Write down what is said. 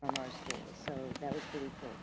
from our schools. so that was pretty cool.